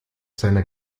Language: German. seiner